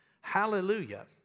Hallelujah